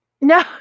No